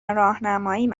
راهنماییم